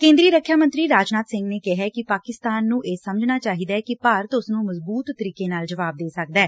ਕੇਂਦਰੀ ਰੱਖਿਆ ਮੰਤਰੀ ਰਾਜਨਾਥ ਸਿੰਘ ਨੇ ਕਿਹੈ ਕਿ ਪਾਕਿਸਤਾਨ ਨੁੰ ਸਮਝਣਾ ਚਾਹੀਦੈ ਕਿ ਭਾਰਤ ਇਸ ਨੁੰ ਮਜ਼ਬੁਤ ਤਰੀਕੇ ਨਾਲ ਜਵਾਬ ਦੇ ਸਕਦੈ